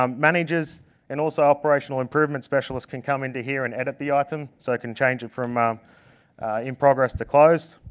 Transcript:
um managers and also operational improvements specialists can come in here and edit the item so it can change it from um in progress to close.